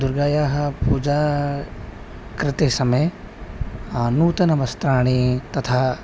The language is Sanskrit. दुर्गायाः पूजा कृते समये नूतनवस्त्राणि तथा